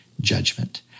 judgment